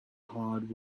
hard